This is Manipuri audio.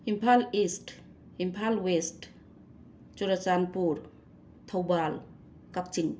Imphal east Imphal west Churachandpur Thoubal Kakching